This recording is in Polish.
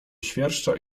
świerszcza